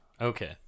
Okay